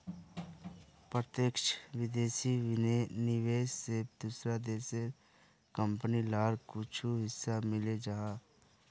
प्रत्यक्ष विदेशी निवेश से दूसरा देशेर कंपनी लार कुछु हिस्सा मिले जाहा